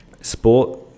sport